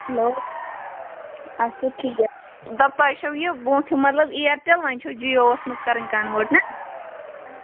hello اَدٕ سا ٹھیٖک دَپ تۄہہِ چھَو یہِ برٛونٛٹھِم مطلب اِیرٹیل وۅنۍ چھِو جِیوَس منٛز کَرٕنۍ کَنوٲرٹ نا